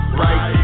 right